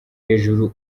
hejuru